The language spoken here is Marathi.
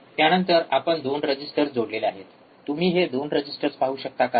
त्यानंतर आपण २ रजिस्टर्स जोडलेले आहेत तुम्ही हे २ रजिस्टर पाहू शकता का